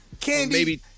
Candy